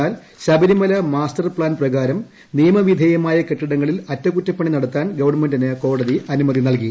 എന്നാൽ ശബരിമല മാസ്റ്റർപ്താൻ പ്രകാരം നിയമവിധേയമായ കെട്ടിടങ്ങളിൽ അറ്റകുറ്റപ്പണി നടത്താൻ ഗവൺമെന്റിന് കോടതി അനുമതി നൽകി